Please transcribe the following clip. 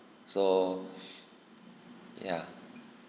so ya